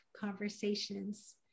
conversations